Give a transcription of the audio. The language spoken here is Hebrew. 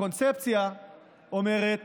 הקונספציה אומרת